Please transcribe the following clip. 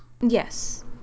yes